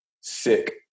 sick